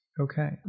Okay